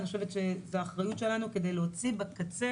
אני חושבת שזו האחריות שלנו כדי להוציא בקצה